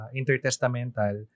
intertestamental